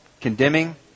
condemning